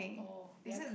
oh did I